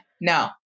No